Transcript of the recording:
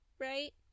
Right